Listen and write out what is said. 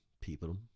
people